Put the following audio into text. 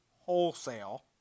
wholesale